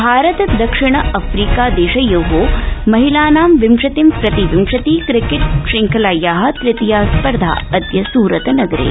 भारत दक्षिणाफ्रीका देशयो महिलानां विंशतिं प्रति विंशतिं क्रिकेट् श्रृंखलाया तृतीयास्पर्धा अद्य सूरत नगरे